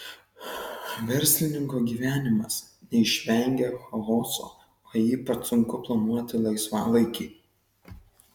verslininko gyvenimas neišvengia chaoso o ypač sunku planuoti laisvalaikį